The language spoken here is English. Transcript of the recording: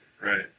Right